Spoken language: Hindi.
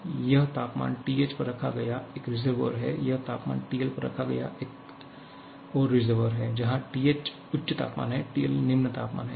यह तापमान TH पर रखा गया एक रिसर्वोइएर है यह तापमान TLपर रखा गया एक और रिसर्वोइएर है जहाँ TH उच्च तापमान है TL निम्न तापमान है